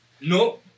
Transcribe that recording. No